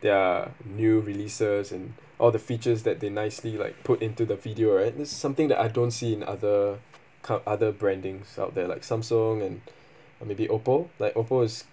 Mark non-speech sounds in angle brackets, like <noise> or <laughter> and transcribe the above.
their new releases and all the features that they nicely like put into the video right this is something that I don't see in other cut~ other brandings out there like Samsung and <breath> or maybe Oppo like Oppo is